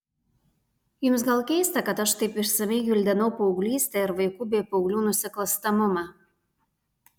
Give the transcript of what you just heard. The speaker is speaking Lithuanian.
jums gal keista kad aš taip išsamiai gvildenau paauglystę ir vaikų bei paauglių nusikalstamumą